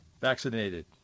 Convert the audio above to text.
vaccinated